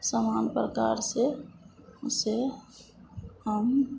समान प्रकार से उसे हम